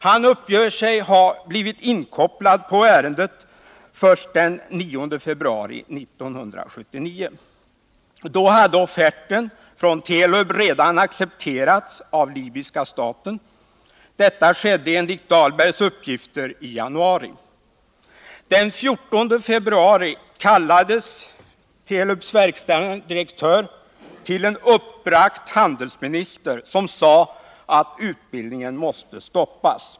Han uppger sig ha blivit inkopplad på ärendet först den 9 februari 1979. Då hade offerten från Telub redan accepterats av libyska staten. Detta skedde enligt Dahlbergs uppgifter i januari. Den 14 februari kallades Telubs verkställande direktör till en uppbragt handelsminister, som sade att utbildningen måste stoppas.